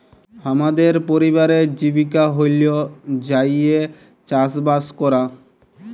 হামদের পরিবারের জীবিকা হল্য যাঁইয়ে চাসবাস করা